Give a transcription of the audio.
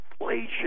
inflation